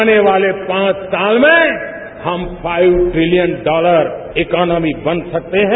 आने वाले पांच साल में हम पाइव ट्रिलियन डॉलर इकोनॉमी बन सकते हैं